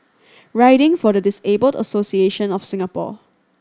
Riding for the Disabled Association of Singapore